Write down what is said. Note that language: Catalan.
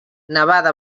nevada